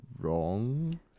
wrong